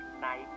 night